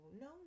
no